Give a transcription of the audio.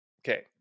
Okay